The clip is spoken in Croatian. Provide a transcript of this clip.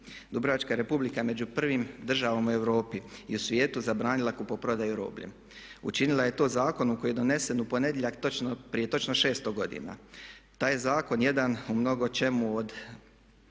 Dubrovačka Republika je među prvim državama u Europi i svijetu zabranila kupoprodaju robljem. Učinila je to zakonom koji je donesen u ponedjeljak prije točno 600 godina. Taj zakon jedan u mnogočemu od